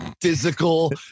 physical